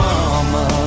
Mama